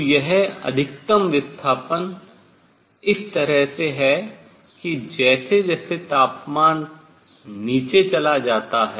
तो यह अधिकतम विस्थापन इस तरह से है कि जैसे जैसे तापमान नीचे चला जाता है